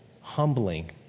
humbling